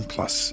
Plus